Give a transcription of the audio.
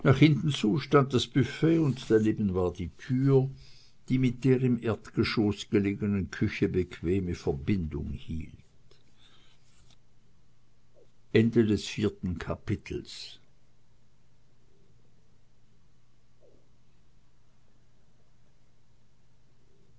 nach hinten zu stand das büfett und daneben war die tür die mit der im erdgeschoß gelegenen küche bequeme verbindung hielt